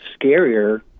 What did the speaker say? scarier